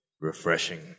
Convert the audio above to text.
Refreshing